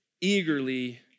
eagerly